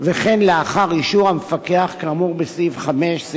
וכן לאחר אישור המפקח כאמור בסעיף 5(א)